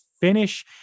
finish